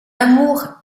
amour